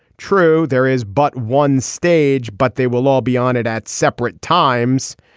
true there is but one stage but they will all be honored at separate times.